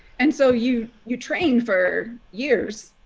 and so you you trained for years